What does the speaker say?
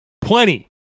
Plenty